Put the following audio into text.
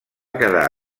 quedar